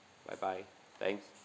bye bye thanks